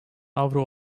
avro